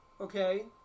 Okay